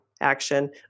action